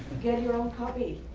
get your own copy.